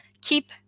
keep